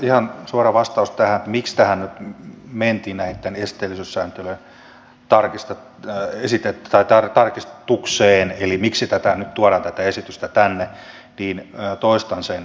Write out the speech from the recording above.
ihan suora vastaus tähän miksi tähän esteellisyyssääntelyn tarkistukseen mentiin eli miksi tätä esitystä tuodaan nyt tänne toistan sen